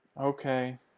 Okay